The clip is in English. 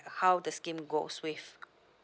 how the scheme goes with